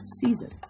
season